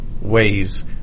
ways